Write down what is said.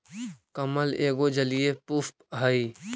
कमल एगो जलीय पुष्प हइ